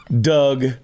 Doug